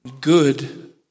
good